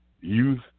youth